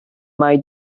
mai